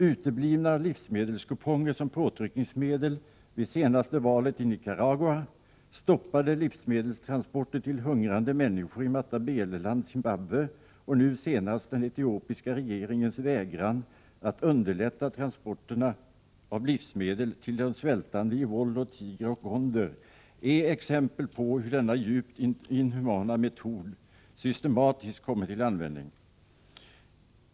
Uteblivna livsmedelskuponger som påtryckningsmedel vid det senaste valet i Nicaragua, stoppade livsmedelstransporter till hungrande människor i Matabeleland, Zimbabwe, samt nu senast den etiopiska regeringens vägran att underlätta transporterna av livsmedel till de svältande i Wollo, Tigre och Gonder är exempel på hur denna djupt inhumana metod systematiskt kommer till användning.